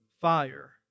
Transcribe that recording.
fire